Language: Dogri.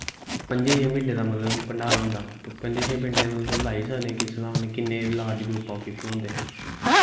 पंजे छें पिंडे दा मतलव भण्डारा होंदा पंजे पिंडे दा तुस लाई सकनें कि किन्नें लारज़ ग्रुप ऑफ पिपल होंदे